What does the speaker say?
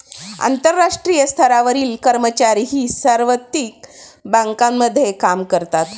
आंतरराष्ट्रीय स्तरावरील कर्मचारीही सार्वत्रिक बँकांमध्ये काम करतात